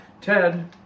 Ted